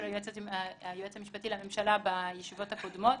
היועץ המשפטי לממשלה בישיבות הקודמות.